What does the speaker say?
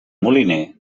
moliner